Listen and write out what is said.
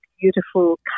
beautiful